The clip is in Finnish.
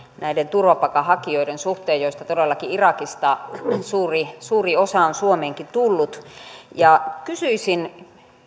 näiden turvapaikanhakijoiden suhteen joista todellakin irakista suuri suuri osa on suomeenkin tullut kysyisin